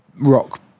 rock